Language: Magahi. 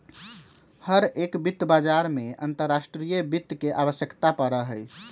हर एक वित्त बाजार में अंतर्राष्ट्रीय वित्त के आवश्यकता पड़ा हई